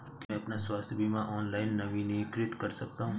क्या मैं अपना स्वास्थ्य बीमा ऑनलाइन नवीनीकृत कर सकता हूँ?